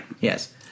Yes